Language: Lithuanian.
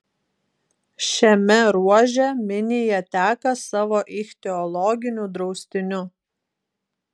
šiame ruože minija teka savo ichtiologiniu draustiniu